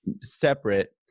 separate